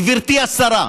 גברתי השרה,